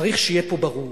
צריך שיהיה פה ברור,